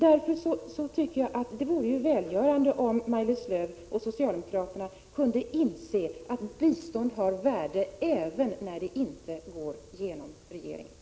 Därför anser jag att det vore välgörande om Maj-Lis Lööw och socialdemokraterna kunde inse att bistånd har värde även när det inte går genom regeringen.